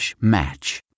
match